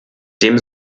dem